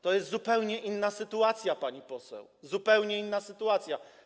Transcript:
To jest zupełnie inna sytuacja, pani poseł, zupełnie inna sytuacja.